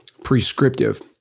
prescriptive